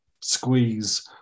Squeeze